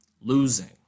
Losing